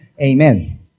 Amen